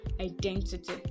identity